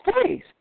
please